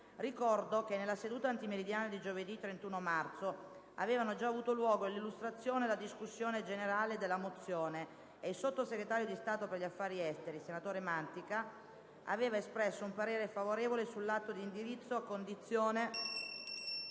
Ricordo che, nella seduta antimeridiana di giovedì 31 marzo, avevano già avuto luogo l'illustrazione e la discussione della mozione e il sottosegretario di Stato per gli affari esteri, senatore Mantica, aveva espresso un parere favorevole sull'atto di indirizzo, a condizione